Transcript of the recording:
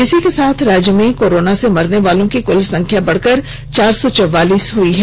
इसी के साथ राज्य में कोरोना से मरनेवालों की कुल संख्या बढ़कर चार सौ चौवालीस हो गयी है